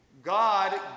God